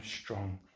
strong